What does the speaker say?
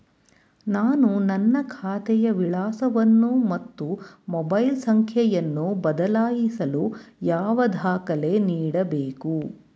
ನಾನು ನನ್ನ ಖಾತೆಯ ವಿಳಾಸವನ್ನು ಮತ್ತು ಮೊಬೈಲ್ ಸಂಖ್ಯೆಯನ್ನು ಬದಲಾಯಿಸಲು ಯಾವ ದಾಖಲೆ ನೀಡಬೇಕು?